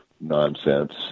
nonsense